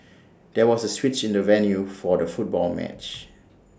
there was A switch in the venue for the football match